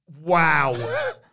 Wow